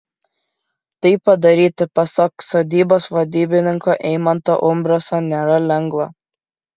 tai padaryti pasak sodybos vadybininko eimanto umbraso nėra lengva